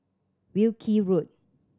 Wilkie Road